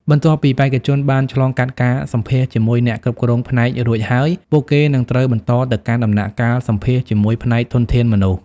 បន្ទាប់ពីបេក្ខជនបានឆ្លងកាត់ការសម្ភាសន៍ជាមួយអ្នកគ្រប់គ្រងផ្នែករួចហើយ ពួកគេនឹងត្រូវបន្តទៅកាន់ដំណាក់កាលសម្ភាសន៍ជាមួយផ្នែកធនធានមនុស្ស។